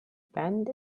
bend